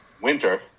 winter